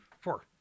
Four